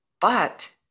But-